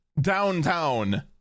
downtown